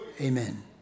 amen